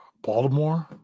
Baltimore